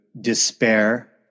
despair